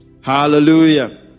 hallelujah